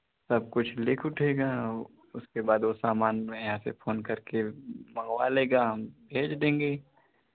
सब कुछ लिख उठेगा ओ उसके बाद ओ सामान में यहाँ से फोन करके मंगवा लेगा हम भेज देंगे